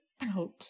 out